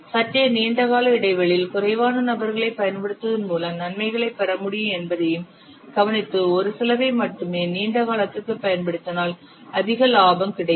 சற்றே நீண்ட கால இடைவெளியில் குறைவான நபர்களைப் பயன்படுத்துவதன் மூலம் நன்மைகளைப் பெற முடியும் என்பதையும் கவனித்து ஒரு சிலரை மட்டுமே நீண்ட காலத்திற்கு பயன்படுத்தினால் அதிக லாபம் கிடைக்கும்